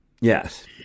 Yes